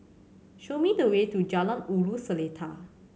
show me the way to Jalan Ulu Seletar